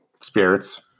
Spirits